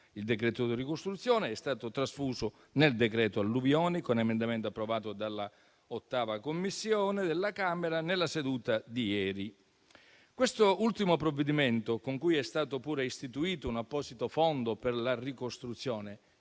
Il decreto di ricostruzione è stato trasfuso nel decreto alluvioni, con emendamento approvato dall'VIII Commissione della Camera nella seduta di ieri. Quest'ultimo provvedimento, con cui è stato pure istituito un apposito fondo per la ricostruzione,